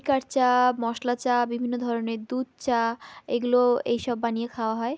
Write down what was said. liquor চা মশলা চা বিভিন্ন ধরনের দুধ চা এগুলো এইসব বানিয়ে খাওয়া হয়